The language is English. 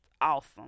awesome